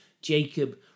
jacob